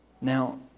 Now